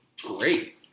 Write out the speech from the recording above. great